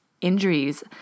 injuries